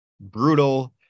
brutal